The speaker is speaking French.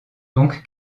donc